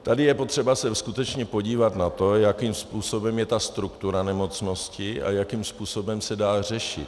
Tady je potřeba se skutečně podívat na to, jakým způsobem je ta struktura nemocnosti a jakým způsobem se dá řešit.